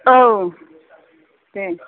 औ दे